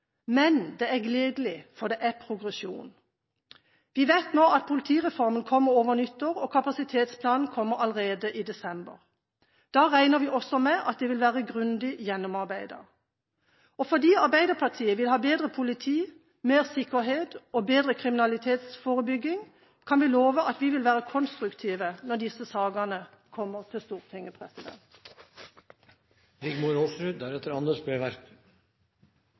men det gledelige er at det er litt progresjon. Vi vet nå at politireformen kommer over nyttår, og kapasitetsplanen kommer allerede i desember. Da regner vi også med at de vil være grundig gjennomarbeidet. Fordi Arbeiderpartiet vil ha bedre politi, mer sikkerhet og bedre kriminalitetsforebygging, kan vi love at vi vil være konstruktive når disse sakene kommer til Stortinget.